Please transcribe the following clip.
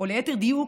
או ליתר דיוק,